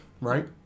right